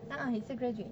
uh uh he's a graduate